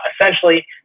essentially